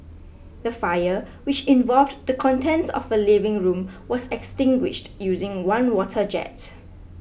the fire which involved the contents of a living room was extinguished using one water jet